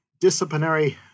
disciplinary